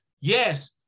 Yes